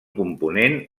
component